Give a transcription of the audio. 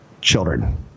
children